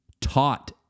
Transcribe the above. taught